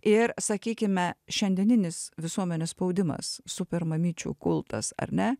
ir sakykime šiandieninis visuomenės spaudimas supermamyčių kultas ar ne